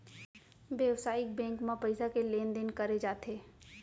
बेवसायिक बेंक म पइसा के लेन देन करे जाथे